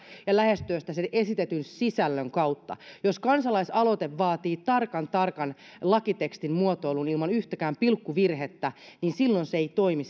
ja lähestyä sitä sen esitetyn sisällön kautta jos kansalaisaloite vaatii tarkan tarkan lakitekstin muotoilun ilman yhtäkään pilkkuvirhettä niin silloin se ei toimi